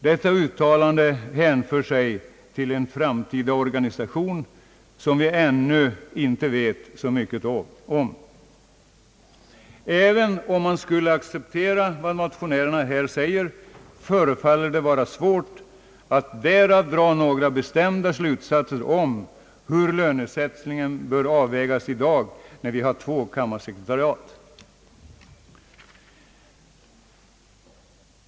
Detta uttalande hänför sig till en framtida organisation, som vi ännu inte vet så mycket om. Även om man skulle acceptera vad motionärerna här säger förefaller det vara svårt att därav dra några bestämda slutsatser om hur lönesättningen bör avvägas i dag, när vi har två kammarsekretariat.